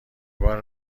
بارم